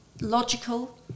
logical